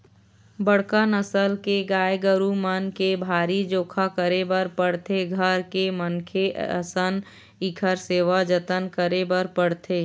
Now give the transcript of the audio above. बड़का नसल के गाय गरू मन के भारी जोखा करे बर पड़थे, घर के मनखे असन इखर सेवा जतन करे बर पड़थे